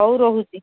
ହଉ ରହୁଛି